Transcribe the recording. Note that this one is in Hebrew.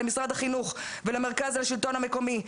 למשרד החינוך ולמרכז השלטון המקומי.